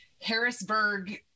Harrisburg